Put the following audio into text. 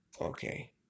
Okay